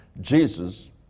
Jesus